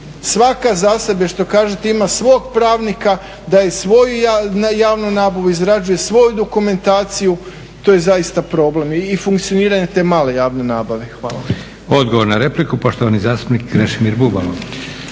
Svaka za sebe, što kažete, ima svog pravnika, daje svoju javnu nabavu, izrađuje svoju dokumentaciju to je zaista problem i funkcioniranja te male javne nabave. Hvala. **Leko, Josip (SDP)** Odgovor na repliku poštovani zastupnik Krešimir Bubalo.